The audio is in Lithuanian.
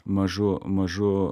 mažu mažu